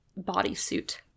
bodysuit